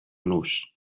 nus